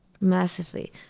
Massively